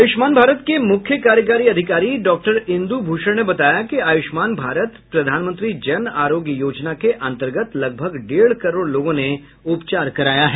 आयुष्मान भारत के मुख्य कार्यकारी अधिकारी डॉक्टर इंदु भूषण ने बताया कि आयुष्मान भारत प्रधानमंत्री जन आरोग्य योजना के अंतर्गत लगभग डेढ करोड लोगों ने उपचार कराया है